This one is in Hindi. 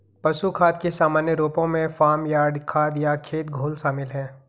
पशु खाद के सामान्य रूपों में फार्म यार्ड खाद या खेत घोल शामिल हैं